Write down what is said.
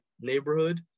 neighborhood